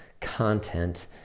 content